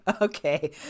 okay